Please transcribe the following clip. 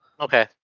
Okay